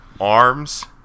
arms